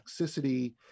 toxicity